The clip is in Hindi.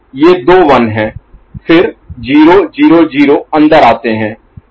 ये दो 1 हैं फिर 0 0 0 अंदर आते हैं